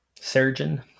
Surgeon